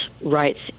rights